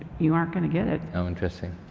you aren't gonna get it. how interesting.